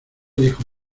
dijo